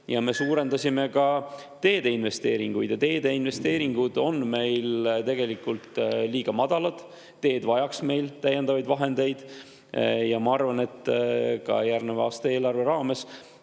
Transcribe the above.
ja me suurendasime ka teedeinvesteeringuid. Teedeinvesteeringud on meil tegelikult liiga [väikesed], teed vajaksid täiendavaid vahendeid. Ma arvan, et järgmise aasta eelarve raames